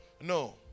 No